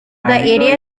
area